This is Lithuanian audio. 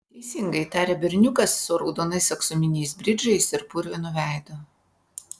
teisingai tarė berniukas su raudonais aksominiais bridžais ir purvinu veidu